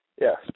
Yes